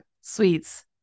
sweets